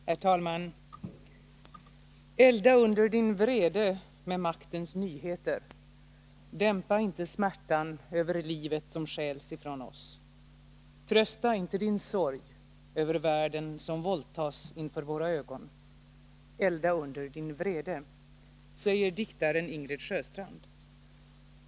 Herr talman! Så här skriver diktaren Ingrid Sjöstrand: Elda under din vrede med maktens nyheter dämpa inte smärtan över livet som stjäls ifrån oss Trösta inte din sorg över världen inför våra ögon Elda under din vrede.